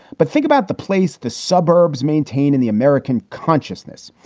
but think about the place the suburbs maintain in the american consciousness.